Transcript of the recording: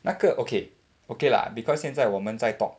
那个 okay okay lah because 现在我们在 talk